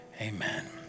Amen